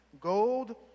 gold